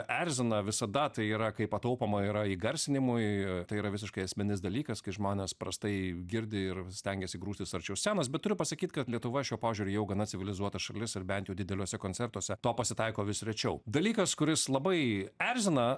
erzina visada tai yra kai pataupoma yra įgarsinimui tai yra visiškai esminis dalykas kai žmonės prastai girdi ir stengiasi grūstis arčiau scenos bet turiu pasakyt kad lietuva šiuo požiūriu jau gana civilizuota šalis ir bent jau dideliuose koncertuose to pasitaiko vis rečiau dalykas kuris labai erzina